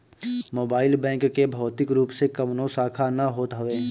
mobile bank के भौतिक रूप से कवनो शाखा ना होत हवे